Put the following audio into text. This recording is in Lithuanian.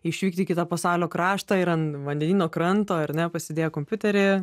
išvykti į kitą pasaulio kraštą ir an vandenyno kranto ar ne pasidėję kompiuterį